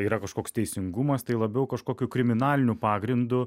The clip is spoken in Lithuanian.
yra kažkoks teisingumas tai labiau kažkokiu kriminaliniu pagrindu